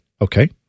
Okay